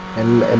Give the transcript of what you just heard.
and